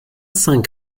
cinq